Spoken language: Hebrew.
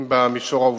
אם במישור העובדתי,